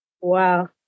Wow